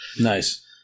Nice